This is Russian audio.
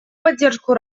поддержку